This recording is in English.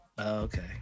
Okay